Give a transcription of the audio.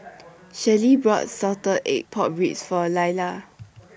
Shelley bought Salted Egg Pork Ribs For Illa